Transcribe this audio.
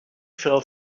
fell